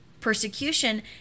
persecution